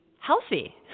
Healthy